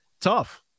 tough